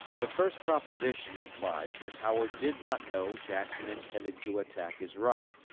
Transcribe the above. the first proposition implies that howard did not know jackson intended to attack his right,